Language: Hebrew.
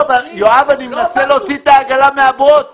יואב, אני מנסה להוציא את העגלה מהבוץ.